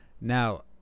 Now